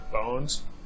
bones